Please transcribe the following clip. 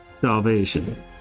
salvation